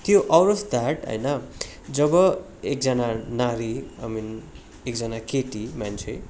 त्यो out of that होइन जब एकजना नारी आई मिन एकजना केटी मान्छे